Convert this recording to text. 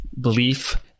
belief